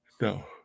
No